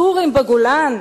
סורים בגולן?